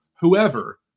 whoever